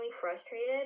frustrated